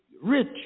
rich